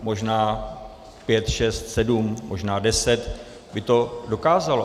Možná pět, šest, sedm, možná deset by to dokázalo.